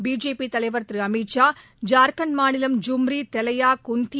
BJP தலைவர் திரு அமித் ஷா ஜார்க்கண்ட் மாநிலம் ஜூம்ரி தெலயா குந்த்தி